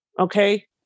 okay